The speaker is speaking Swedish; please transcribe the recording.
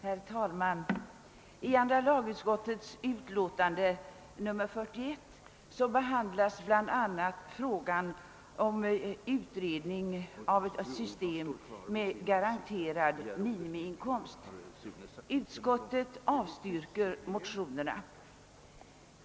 Herr talman! I andra lagutskottets utlåtande nr 41 behandlas bl.a. ett motionsförslag om utredning av ett system med garanterad minimiinkomst. Utskottet avstyrker motionerna.